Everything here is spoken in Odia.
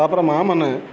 ତା'ପରେ ମା' ମନେ